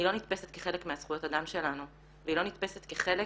היא לא נתפסת כחלק מהזכויות אדם שלנו והיא לא נתפסת כחלק